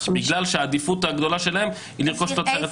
בגלל שהעדיפות הגדולה שלהן היא לרכוש תוצרת הארץ.